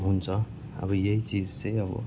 हुन्छ अब यही चिज चाहिँ अब